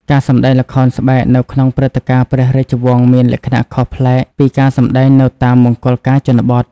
ការសម្តែងល្ខោនស្បែកនៅក្នុងព្រឹត្តិការណ៍ព្រះរាជវង្សមានលក្ខណៈខុសប្លែកពីការសម្តែងនៅតាមមង្គលការជនបទ។